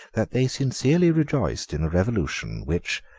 that they sincerely rejoiced in a revolution, which,